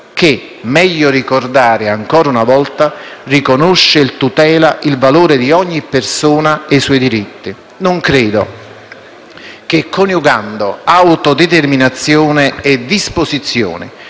che, meglio ricordarlo ancora una volta, riconosce e tutela il valore di ogni persona e i suoi diritti. Non credo che coniugando autodeterminazione e disposizioni,